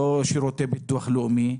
לא שירותי ביטוח לאומי.